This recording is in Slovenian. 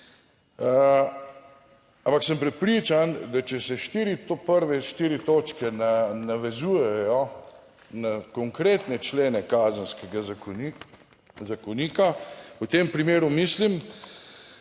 Ampak sem prepričan, da če se štiri, prve štiri točke navezujejo na konkretne člene Kazenskega zakonika, v tem primeru mislim,